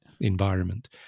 environment